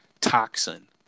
Toxin